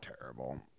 Terrible